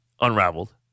unraveled